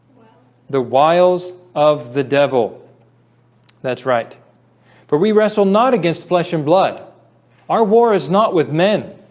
the wiles of the devil that's right for we wrestle not against flesh and blood our war is not with men